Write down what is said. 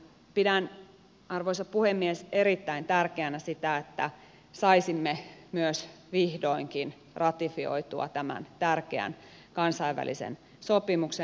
pidän arvoisa puhemies erittäin tärkeänä sitä että saisimme myös vihdoinkin ratifioitua tämän tärkeän kansainvälisen sopimuksen